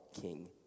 king